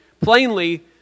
plainly